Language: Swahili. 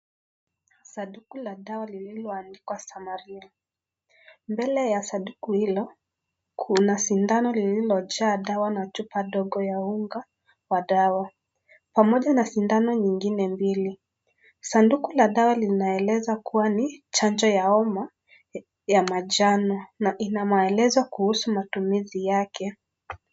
Sanduku la dawa lililo andikwa Samaria. Mbele ya sanduku hili kuna sindano lililo jaa dawa na chupa ndogo ya unga ya dawa. Pamoja na sindano nyingine mbili. Sanduku la dawa limeeleza kuwa ni chanjo ya homa ya manjano na Ina maelezo kuhusu maelezo yake.